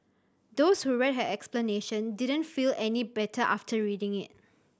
those who read her explanation didn't feel any better after reading it